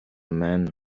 man